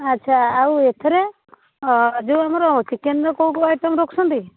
ଆଚ୍ଛା ଆଉ ଏଥିରେ ଯୋଉ ଆମର ଚିକେନ୍ ରେ କୋଉ କୋଉ ଆଇଟମ୍ ରଖୁଛନ୍ତି